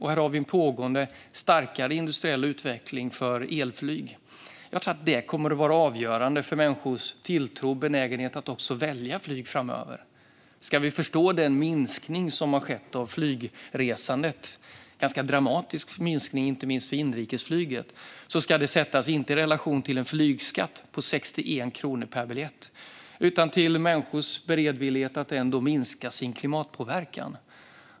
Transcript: Här har vi en pågående starkare industriell utveckling för elflyg. Jag tror att det kommer att vara avgörande för människors tilltro och benägenhet att välja flyg framöver. Ska vi förstå den ganska dramatiska minskning som har skett av flygresandet, inte minst när det gäller inrikesflyget, ska det sättas inte i relation till en flygskatt på 61 kronor per biljett utan till människors beredvillighet att ändå minska sin klimatpåverkan.